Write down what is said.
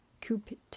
Cupid